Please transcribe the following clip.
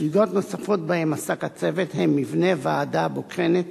סוגיות נוספות שבהן עסק הצוות הן מבנה ועדה בוחנת,